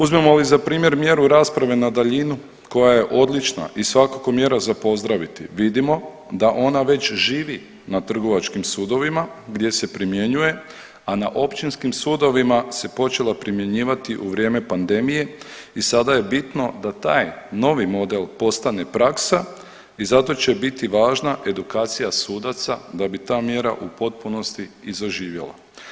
Uzmemo li za primjer mjeru rasprave na daljinu, koja je odlična i svakako mjera za pozdraviti vidimo da ona već živi na trgovačkim sudovima gdje se primjenjuje, a na općinskim sudovima se počela primjenjivati u vrijeme pandemije i sada je bitno da taj novi model postane praksa i zato će biti važna edukacija sudaca da bi ta mjera u potpunosti i zaživjela.